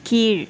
கீழ்